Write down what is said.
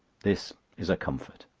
this is a comfort.